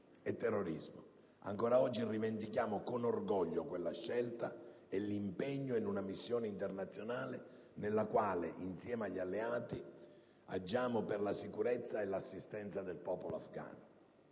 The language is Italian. e terrorismo. Ancora oggi rivendichiamo con orgoglio quella scelta e l'impegno in una missione internazionale nella quale, insieme agli alleati, agiamo per la sicurezza e l'assistenza del popolo afgano.